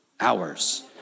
hours